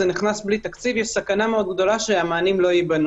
נכנס בלי תקציב יש סכנה מאוד גדולה שהמענים לא ייבנו